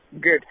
Good